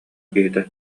киһитэ